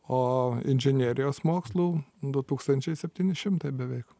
o inžinerijos mokslų du tūkstančiai septyni šimtai beveik